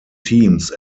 teams